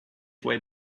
way